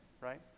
right